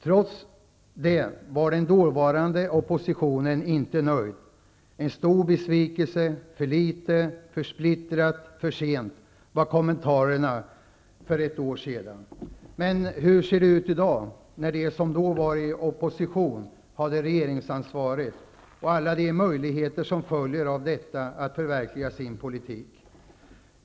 Trots detta var den dåvarande oppositionen inte nöjd. ''En stor besvikelse, för litet, för splittrat, för sent'', löd kommentarerna. Men hur ser det ut i dag, när de som då var i opposition har regeringsansvaret och alla de möjligheter som följer av detta att kunna förverkliga sin politik?